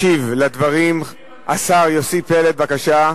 ישיב על הדברים השר יוסי פלד, בבקשה,